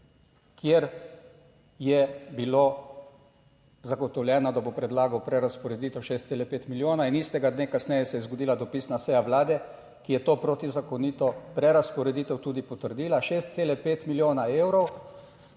kjer je bilo zagotovljeno, da bo predlagal prerazporeditev 6,5 milijona in istega dne kasneje se je zgodila dopisna seja Vlade, ki je to protizakonito prerazporeditev tudi potrdila. 6,5 milijona evrov